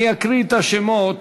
אני אקריא את השמות